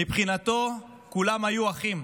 מבחינתו כולם היו אחים.